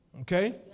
Okay